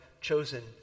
chosen